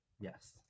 Yes